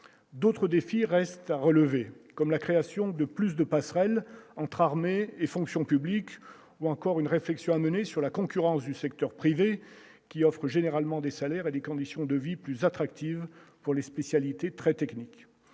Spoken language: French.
d'autres défis restent à relever, comme la création de plus de passerelles entre armée et fonction publique ou encore une réflexion à mener sur la concurrence du secteur privé qui offrent généralement des salaires et des conditions de vie plus attractive pour les spécialités très technique